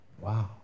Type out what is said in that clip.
Wow